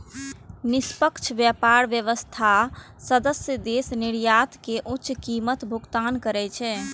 निष्पक्ष व्यापार व्यवस्थाक सदस्य देश निर्यातक कें उच्च कीमतक भुगतान करै छै